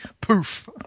Poof